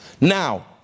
Now